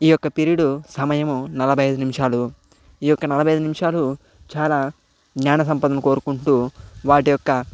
ఈ యొక్క పిరియడ్ సమయము నలభై ఐదు నిమిషాలు ఈ యొక్క నలభై ఐదు నిమిషాలు చాలా జ్ఞాన సంపదను కోరుకుంటూ వాటి యొక్క